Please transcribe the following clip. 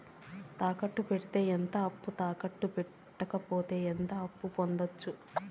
తాకట్టు పెడితే ఎంత అప్పు, తాకట్టు పెట్టకపోతే ఎంత అప్పు పొందొచ్చు?